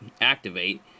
activate